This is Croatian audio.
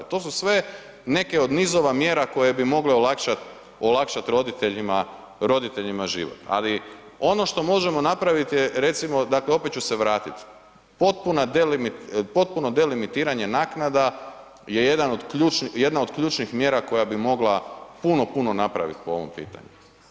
To su sve neke od nizova mjera koje bi mogle olakšati roditeljima život, ali ono što možemo napraviti je recimo dakle opet ću se vratiti, potpuno delimitiranje naknada je jedan, jedna od ključnim mjera koja bi mogla puno, puno napraviti po ovom pitanju.